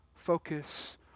Focus